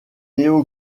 néo